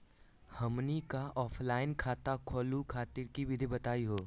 हमनी क ऑफलाइन खाता खोलहु खातिर विधि बताहु हो?